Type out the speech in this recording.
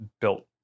built